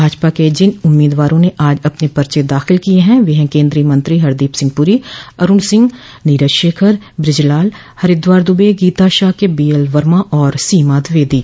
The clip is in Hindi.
भाजपा के जिन उम्मीदवारों ने आज अपने पर्चे दाखिल किये वे हैं केन्द्रीय मंत्री हरदीप सिंह पुरी अरूण सिंह नीरज शेखर बृजलाल हरिद्वार दुबे गीता शाक्य बीएल वर्मा और सीमा द्विवेदी